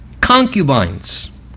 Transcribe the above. concubines